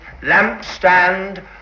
lampstand